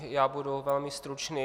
Já budu velmi stručný.